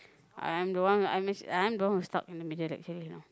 I I'm the one I'm actu~ I'm the one who's stuck in the middle actually you know